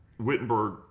Wittenberg